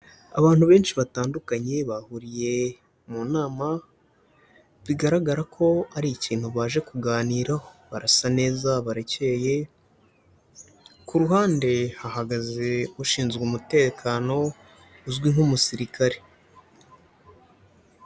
Abantu benshi batandukanye bahuriye mu nama bigaragara ko ari ikintu baje kuganiraho, barasa neza, barekeye, ku ruhande hahagaze ushinzwe umutekano uzwi nk'umusirikare.